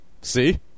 see